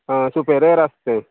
आं सुपेरीयर आस तें